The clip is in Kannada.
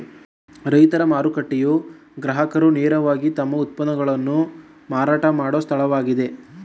ರೈತರ ಮಾರುಕಟ್ಟೆಯು ಗ್ರಾಹಕರು ನೇರವಾಗಿ ತಮ್ಮ ಉತ್ಪನ್ನಗಳನ್ನು ಮಾರಾಟ ಮಾಡೋ ಸ್ಥಳವಾಗಿದೆ